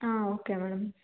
ಹಾಂ okay madam